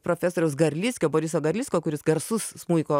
profesoriaus garlickio boriso garlicko kuris garsus smuiko